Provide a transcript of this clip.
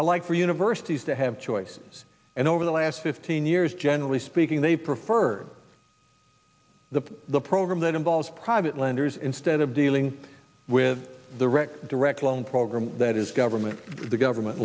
i like for universities to have choices and over the last fifteen years generally speaking they preferred the the program that involves private lenders instead of dealing with the record direct loan program that is government the government